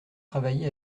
travaillé